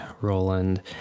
Roland